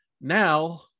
now